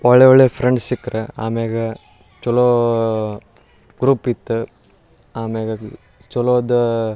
ಒಳ್ಳೆಯ ಒಳ್ಳೆಯ ಫ್ರೆಂಡ್ಸ್ ಸಿಕ್ರು ಆಮ್ಯಾಲ ಚೊಲೋ ಗ್ರೂಪ್ ಇತ್ತು ಆಮ್ಯಾಲ ಚೊಲೋದು